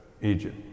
Egypt